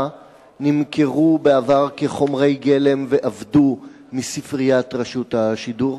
נמכרו בעבר כחומרי גלם ואבדו מספריית רשות השידור,